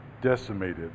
Decimated